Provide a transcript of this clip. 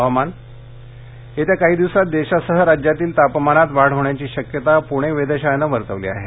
हवामान येत्या काही दिवसात देशासह राज्यातील तापमानात वाढ होण्याची शक्यता पुणे वेधशाळेनं वर्तवली आहे